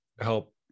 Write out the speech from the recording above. help